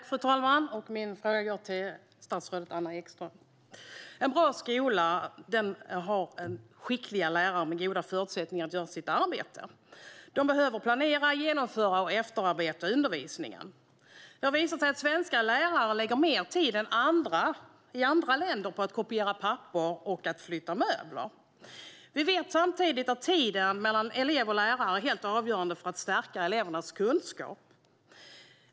Fru talman! Min fråga går till statsrådet Anna Ekström. En bra skola har skickliga lärare med goda förutsättningar att göra sitt arbete. De behöver planera, genomföra och efterarbeta undervisningen. Det har visat sig att svenska lärare lägger mer tid än lärare i andra länder på att kopiera papper och flytta möbler. Vi vet samtidigt att tiden elever och lärare har tillsammans är helt avgörande för att stärka elevernas kunskap.